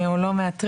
או לא מאתרים,